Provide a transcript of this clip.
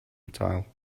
tile